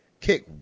Kick